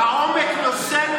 אתה בא מתחום הספורט,